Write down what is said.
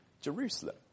Jerusalem